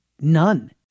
none